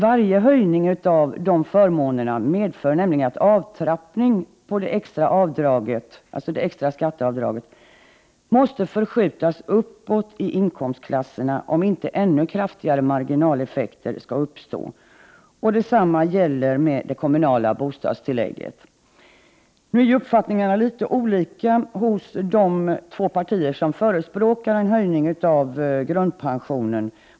Varje höjning av de förmånerna medför nämligen att en avtrappning på det extra skatteavdraget måste förskjutas uppåt i inkomstklasserna, om inte ännu kraftigare marginaleffekter skall uppstå. Detsamma gäller för det kommunala bostadstillägget. Nu är uppfattningarna litet olika hos de två partier som förespråkar en höjning av grundpensionen.